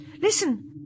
Listen